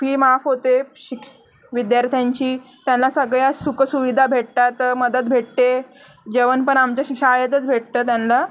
fee माफ होते शिक विद्यार्थ्यांची त्यांना सगळ्या सुखसुविधा भेटतात मदत भेटते जेवण पण आमच्या शिक शाळेतच भेटतं त्यांना